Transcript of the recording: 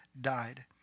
died